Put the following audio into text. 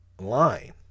line